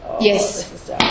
yes